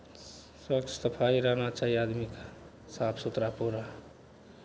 स्वच्छ सफाइ रहना चाही आदमीकेँ साफ सुथरा पूरा